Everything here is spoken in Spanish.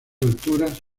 alturas